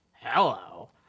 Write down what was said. Hello